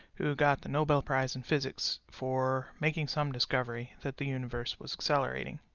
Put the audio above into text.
who got the nobel prize in physics for making some discovery that the universe was accelerating.